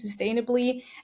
sustainably